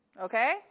Okay